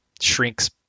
shrinks